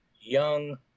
young